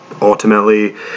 ultimately